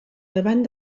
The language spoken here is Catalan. davant